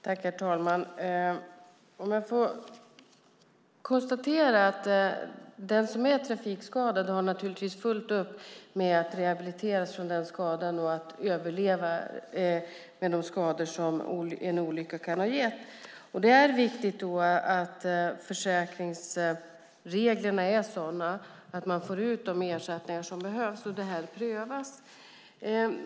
Herr talman! Jag konstaterar att den som är trafikskadad har fullt upp med att rehabiliteras från den skadan och överleva med de skador som en olycka kan ha gett. Det är viktigt att försäkringsreglerna är sådana att man får ut de ersättningar som behövs och att det prövas.